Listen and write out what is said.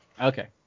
Okay